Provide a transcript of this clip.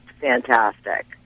fantastic